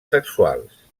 sexuals